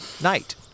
night